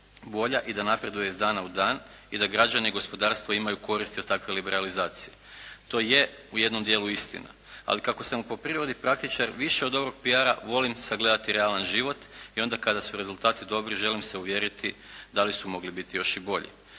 bolja i da napreduje iz dana u dan. I da građani i gospodarstvo imaju koristi od takve liberalizacije. To je u jednom dijelu istina. Ali kako sam po prirodi praktičar više od ovog PR-a volim sagledati realan život i onda kada su rezultati dobri želim se uvjeriti da li su mogli biti još i bolji.